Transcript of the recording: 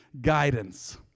guidance